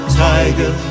tiger